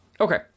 Okay